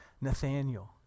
Nathaniel